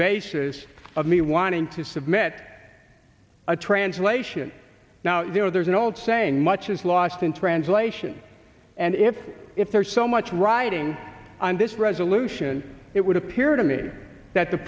basis of me wanting to submit a translation now you know there's an old saying much is lost in translation and if if there's so much riding on this resolution it would appear to me that the